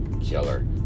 killer